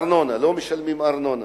לא משלמים ארנונה.